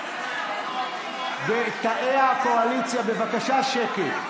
בתאי הקואליציה, בבקשה, שקט.